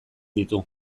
ditu